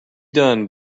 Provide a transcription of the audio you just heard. done